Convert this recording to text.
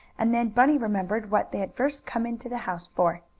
and then bunny remembered what they had first come into the house for.